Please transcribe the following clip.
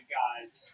guys